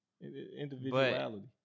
individuality